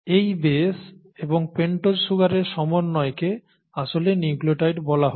এই বেশ এবং পেন্টোজ সুগারের সমন্বয়কে আসলে নিউক্লিওটাইড বলা হয়